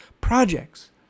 projects